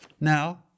Now